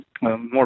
more